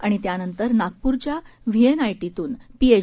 आणि त्यानंतर नागपूरच्या व्हीएनआयटीतून पीएच